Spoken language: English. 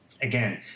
Again